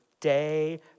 day